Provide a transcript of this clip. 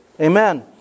Amen